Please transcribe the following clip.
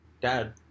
dad